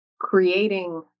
creating